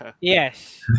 yes